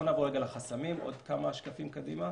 נעבור לחסמים, עוד כמה שקפים קדימה.